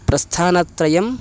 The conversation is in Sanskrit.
प्रस्थानत्रयम्